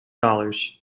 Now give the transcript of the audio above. dollars